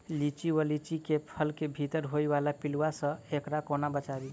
लिच्ची वा लीची केँ फल केँ भीतर होइ वला पिलुआ सऽ एकरा कोना बचाबी?